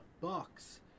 Bucks